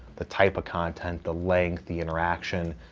the type of content, the length, the interaction,